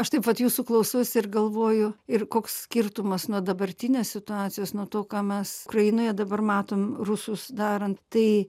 aš taip vat jūsų klausausi ir galvoju ir koks skirtumas nuo dabartinės situacijos nuo to ką mes ukrainoje dabar matom rusus darant tai